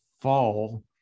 fall